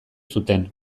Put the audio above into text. zuten